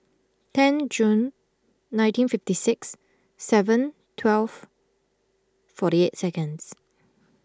ten Jun nineteen fifty six seven twelve forty eight seconds